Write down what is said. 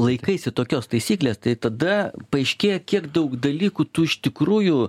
laikaisi tokios taisyklės tai tada paaiškėja kiek daug dalykų tu iš tikrųjų